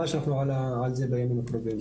אנחנו ממש על זה בימים הקרובים.